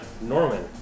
Norman